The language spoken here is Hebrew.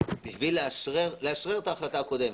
כדי לאשרר את ההחלטה הקודמת?